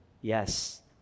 Yes